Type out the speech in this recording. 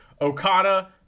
Okada